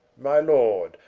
my lord,